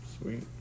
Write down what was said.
Sweet